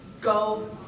go